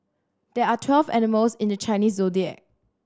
there are twelve animals in the Chinese Zodiac